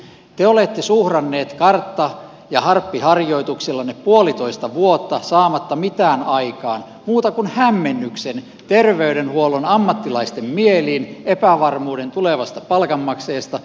te olette suhranneet kartta ja harppiharjoituksillanne puolitoista vuotta saamatta mitään aikaan muuta kuin hämmennyksen terveydenhuollon ammattilaisten mieliin epävarmuuden tulevasta palkanmaksajasta